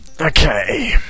Okay